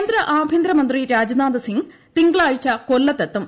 കേന്ദ്ര ആഭ്യന്തരമന്ത്രി രാജ്നാഥ് സിംഗ് തിങ്കളാഴ്ച കൊല്ലത്തെത്തും